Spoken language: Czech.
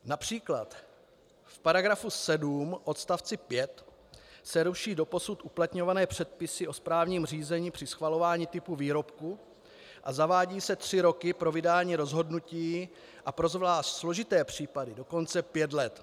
Například v § 7 odst. 5 se ruší doposud uplatňované předpisy o správním řízení při schvalování typu výrobku a zavádí se tři roky pro vydání rozhodnutí, a pro zvlášť složité případy dokonce pět let.